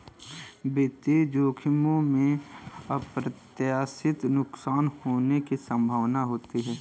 वित्तीय जोखिमों में अप्रत्याशित नुकसान होने की संभावना होती है